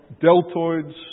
deltoids